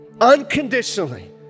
Unconditionally